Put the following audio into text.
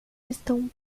estão